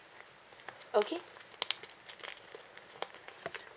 okay